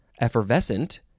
Effervescent